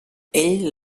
ell